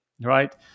right